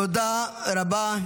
תודה רבה.